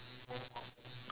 oh that's what you said